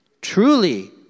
truly